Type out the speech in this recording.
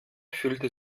fühlte